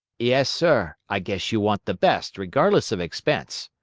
yes, sir, i guess you want the best, regardless of expense,